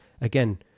again